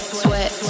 sweat